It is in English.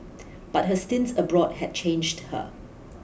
but her stints abroad had changed her